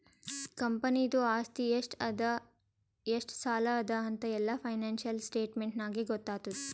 ಕಂಪನಿದು ಆಸ್ತಿ ಎಷ್ಟ ಅದಾ ಎಷ್ಟ ಸಾಲ ಅದಾ ಅಂತ್ ಎಲ್ಲಾ ಫೈನಾನ್ಸಿಯಲ್ ಸ್ಟೇಟ್ಮೆಂಟ್ ನಾಗೇ ಗೊತ್ತಾತುದ್